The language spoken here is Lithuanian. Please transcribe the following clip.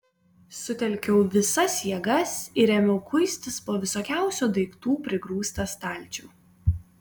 sutelkiau visas jėgas ir ėmiau kuistis po visokiausių daiktų prigrūstą stalčių